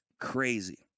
Crazy